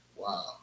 Wow